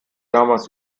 damals